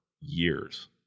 years